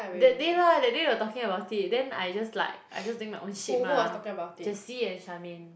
that day lah that day they're talking about it then I just like I just doing my own shit mah Jessie and Charmaine